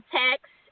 text